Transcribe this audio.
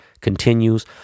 continues